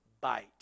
bite